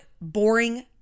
boring